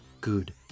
good